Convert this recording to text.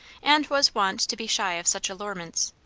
and was won't to be shy of such allurements.